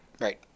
Right